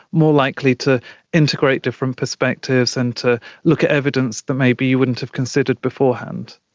more likely to integrate different perspectives and to look at evidence that maybe you wouldn't have considered beforehand.